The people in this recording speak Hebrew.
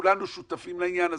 כולנו שותפים לעניין הזה.